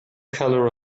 color